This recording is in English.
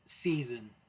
season